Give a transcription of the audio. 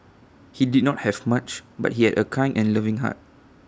he did not have much but he had A kind and loving heart